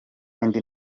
indi